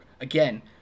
Again